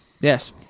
Yes